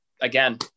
Again